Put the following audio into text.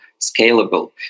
scalable